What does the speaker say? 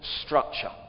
structure